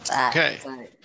Okay